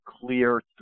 clear